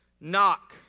Knock